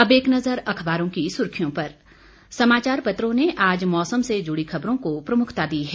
अब एक नजर अखबारों की सुर्खियों पर समाचार पत्रों ने आज मौसम से जुड़ी खबरों को प्रमुखता दी है